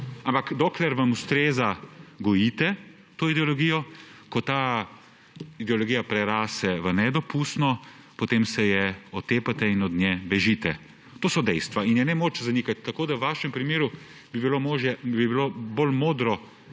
Ampak dokler vam ustreza, gojite to ideologijo, ko ta ideologija preraste v nedopustno, potem se je otepate in od nje bežite. To so dejstva in jih ni moč zanikati. V vašem primeru bi bilo bolj modro